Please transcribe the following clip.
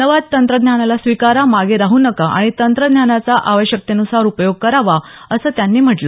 नव्या तंत्रज्ञानाला स्वीकारा मागं राहू नका आणि तंत्रज्ञानाचा आवश्यकतेनुसार उपयोग करावा असं त्यांनी म्हटलं